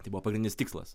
tai buvo pradinis tikslas